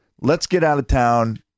let's-get-out-of-town